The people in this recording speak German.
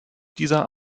dieser